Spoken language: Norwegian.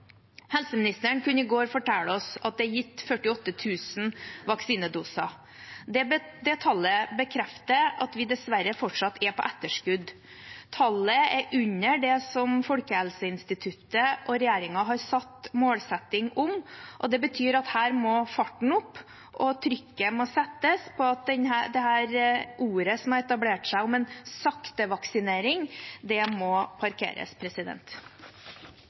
Helseministeren kunne i går fortelle oss at det er gitt 48 000 vaksinedoser. Det tallet bekrefter at vi dessverre fortsatt er på etterskudd. Tallet er under det Folkehelseinstituttet og regjeringen har satt som målsetting, og det betyr at her må farten opp og trykket settes inn, slik at dette ordet som har etablert seg, «saktevaksinering», kan parkeres. Denne pandemien begynner å få høye omkostninger for mange i Norge. Vi som bor i dette landet, må